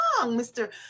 mr